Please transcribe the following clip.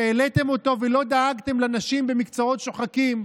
שהעליתם אותו ולא דאגתם לנשים במקצועות שוחקים,